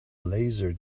laser